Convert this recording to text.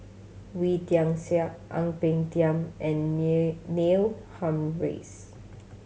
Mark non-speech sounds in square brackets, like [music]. Wee Tian Siak Ang Peng Tiam and [unintelligible] Neil Humphreys